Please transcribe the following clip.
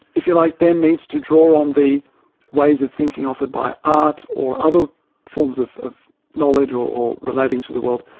if you like, then needs to draw on the ways of thinking offered by art or other forms of of knowledge or or relating to the world,